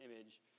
image